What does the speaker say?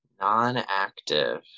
Non-active